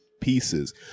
pieces